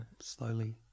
slowly